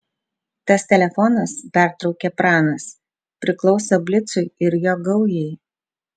tas telefonas pertraukė pranas priklauso blicui ir jo gaujai